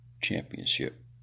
championship